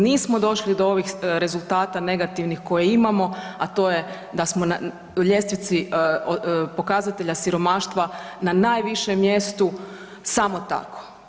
Nismo došli do ovih rezultata negativnih koje imamo a to je da smo na ljestvici pokazatelja siromaštva na najvišem mjestu samo tako.